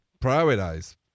Prioritize